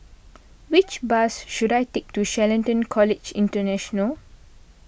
which bus should I take to Shelton College International